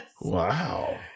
Wow